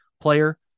player